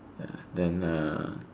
ya then uh